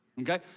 okay